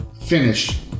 Finish